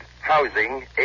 housing